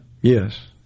Yes